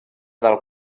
del